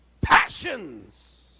passions